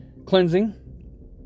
Cleansing